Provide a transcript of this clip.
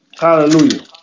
Hallelujah